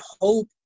hope